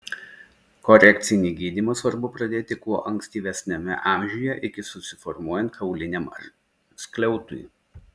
korekcinį gydymą svarbu pradėti kuo ankstyvesniame amžiuje iki susiformuojant kauliniam skliautui